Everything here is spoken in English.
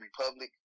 Republic